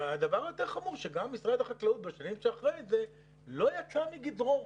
הדבר היותר חמור הוא שגם משרד החקלאות בשנים שלאחר מכן לא יצא מגדרו.